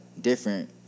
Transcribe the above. different